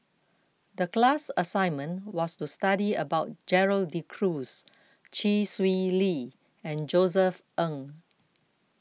the class assignment was to study about Gerald De Cruz Chee Swee Lee and Josef Ng